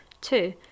two